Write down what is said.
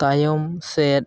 ᱛᱟᱭᱚᱢ ᱥᱮᱫ